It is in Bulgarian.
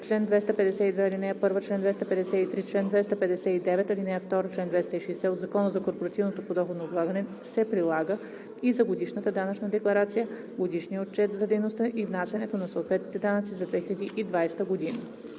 чл. 252, ал. 1, чл. 253, чл. 259, ал. 2, чл. 260 от Закона за корпоративното подоходно облагане се прилага и за годишната данъчна декларация, годишния отчет за дейността и внасянето на съответните данъци за 2020 г.“